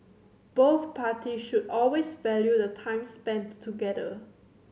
both parties should always value the time spent together